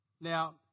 Now